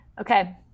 Okay